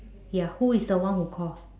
ya who is the one who call